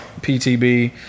PTB